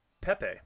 pepe